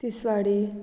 Tiswadi